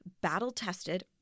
battle-tested